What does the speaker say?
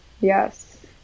Yes